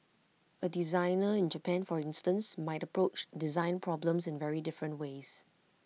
A designer in Japan for instance might approach design problems in very different ways